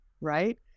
right